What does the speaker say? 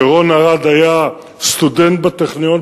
שרון ארד היה סטודנט בטכניון,